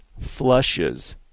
flushes